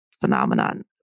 phenomenon